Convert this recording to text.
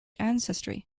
ancestry